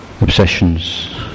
obsessions